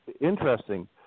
Interesting